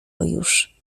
już